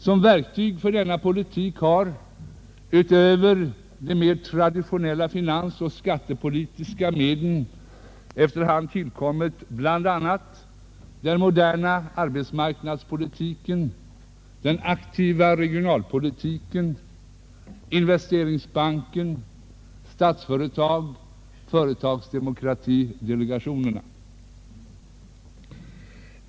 Som verktyg för denna politik har, utöver de mer traditionella finans— och skattepolitiska medlen etc., efter hand tillkommit bl.a. den moderna arbetsmarknadspolitiken, den aktiva regionalpolitiken, Investeringsbanken, Statsföretag och företagsdemokratidelegationerna.